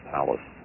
Palace